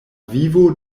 vivo